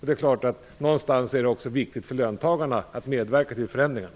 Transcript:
Det är klart att det också är viktigt för löntagarna att få medverka till förändringarna.